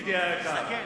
ידידי היקר.